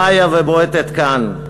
חיה ובועטת כאן.